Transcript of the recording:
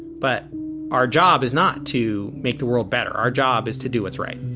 but our job is not to make the world better. our job is to do what's right